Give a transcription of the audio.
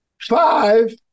Five